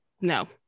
No